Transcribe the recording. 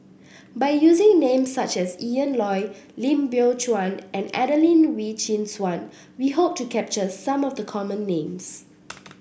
by using names such as Ian Loy Lim Biow Chuan and Adelene Wee Chin Suan we hope to capture some of the common names